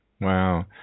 Wow